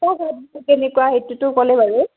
হয় কেনেকুৱা সেইটোতো ক'লে বাৰু